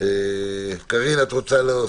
הבעיה היא הרבה יותר עמוקה,